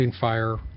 fire